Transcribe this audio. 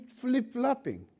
flip-flopping